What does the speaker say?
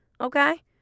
Okay